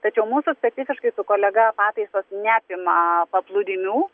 tačiau mūsų statistiškai su kolega pataisos neapima paplūdimių